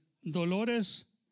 Dolores